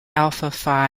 alpha